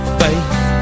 faith